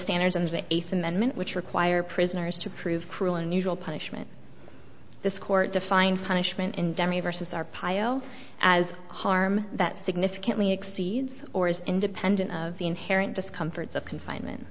standards of the eighth amendment which require prisoners to prove cruel and unusual punishment this court defined punishment in demi versus arpaio as harm that significantly exceeds or is independent of the inherent discomfort of confinement